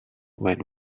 when